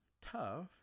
tough